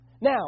Now